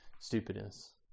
stupidness